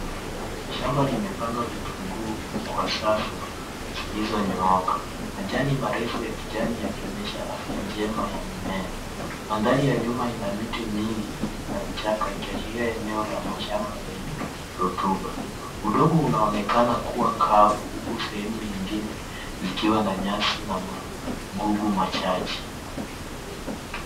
Shamba limepandwa vitunguu kwa safu zilizo nyooka. Majani marefu ya kijani yakionyesha afya njema ya mimea. Mandhari ya nyuma ina miti mingi na vichaka ikiashiria eneo la mashamba lenye rotuba. Udongo unaonekana kuwa kavu huku sehemu nyingine zikiwa na nyasi na magugu machache.